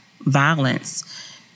violence